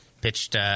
pitched